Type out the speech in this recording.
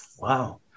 Wow